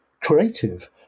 creative